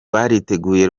bariteguye